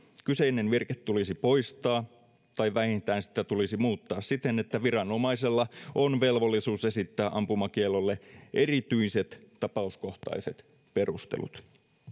kyseinen virke tulisi poistaa tai vähintään sitä tulisi muuttaa siten että viranomaisella on velvollisuus esittää ampumakiellolle erityiset tapauskohtaiset perustelut